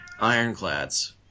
ironclads